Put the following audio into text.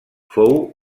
fou